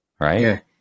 right